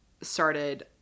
started